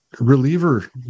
reliever